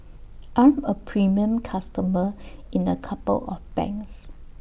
I'm A premium customer in A couple of banks